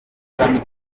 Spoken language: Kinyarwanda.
shami